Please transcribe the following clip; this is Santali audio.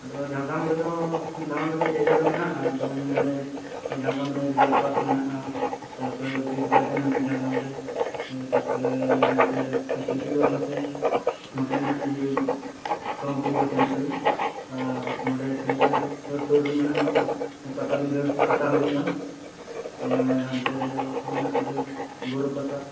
ᱟᱫᱚ ᱡᱷᱟᱲᱜᱨᱟᱢ ᱨᱮᱫᱚ ᱫᱟᱬᱟᱱ ᱞᱟᱹᱜᱤᱫ ᱡᱟᱭᱜᱟ ᱫᱚ ᱢᱮᱱᱟᱜᱼᱟ ᱡᱮᱢᱚᱱ ᱱᱚᱰᱮ ᱡᱷᱟᱲᱜᱨᱟᱢ ᱨᱮ ᱰᱤᱭᱟᱨ ᱯᱟᱨᱠ ᱠᱤᱨᱤᱥ ᱜᱟᱨᱰᱮᱱ ᱢᱮᱱᱟᱜᱼᱟ ᱡᱷᱟᱲᱜᱨᱟᱢ ᱨᱮ ᱛᱟᱨᱯᱚᱨᱮ ᱱᱚᱛᱮ ᱪᱤᱞᱠᱤ ᱜᱚᱲ ᱱᱚᱛᱮ ᱱᱚᱛᱮ ᱢᱮᱱᱟᱜᱼᱟ ᱤᱭᱟᱹ ᱠᱚᱱᱚᱠ ᱫᱩᱨᱜᱟ ᱴᱮᱢᱯᱮᱞ ᱟᱨ ᱱᱚᱰᱮ ᱥᱤᱞᱫᱟᱹ ᱥᱩᱨ ᱨᱮ ᱢᱮᱱᱟᱜᱼᱟ ᱢᱤᱫᱴᱮᱱ ᱯᱟᱴᱟ ᱵᱤᱸᱫᱷᱟᱹ ᱯᱟᱛᱟ ᱦᱩᱭᱩᱜᱼᱟ ᱟᱨ ᱦᱟᱱᱛᱮ ᱨᱮ ᱢᱮᱱᱟᱜᱼᱟ ᱤᱭᱟᱹ ᱵᱳᱨᱳ ᱯᱟᱛᱟ